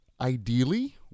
ideally